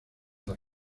las